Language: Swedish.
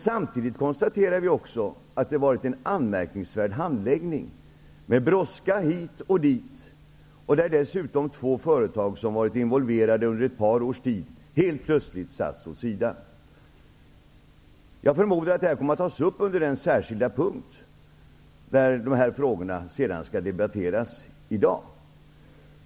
Samtidigt konstaterar vi att det har varit en anmärkningsvärd handläggning, med brådska hit och dit. Dessutom har två företag, som varit involverade under ett par års tid, helt plötsligt satts åt sidan. Jag förmodar att detta kommer att tas upp under den särskilda punkt där de här frågorna skall debatteras i dag.